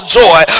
joy